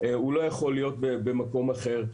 הוא לא יכול להיות במקום אחר.